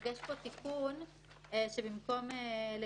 הבנק שבאמצעותו מועברים הכספים,